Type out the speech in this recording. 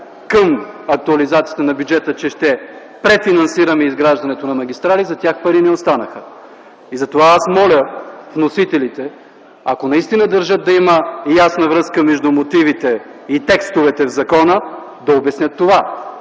към актуализацията на бюджета, че ще префинансираме изграждането на магистрали – за тях пари не останаха. Затова аз моля вносителите, ако наистина държат да има ясна връзка между мотивите и текстовете в закона – да обяснят това,